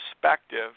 perspective